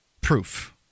Proof